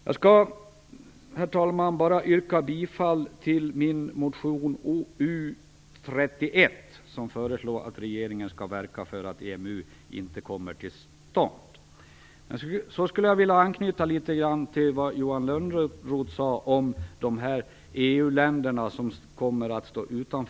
Jag skall, herr talman, bara yrka bifall till min motion U31, där jag föreslår att regeringen skall verka för att EMU inte kommer till stånd.